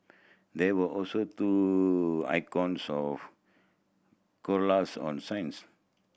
there were also two icons of koalas on signs